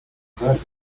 valid